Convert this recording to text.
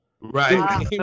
Right